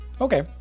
okay